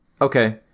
okay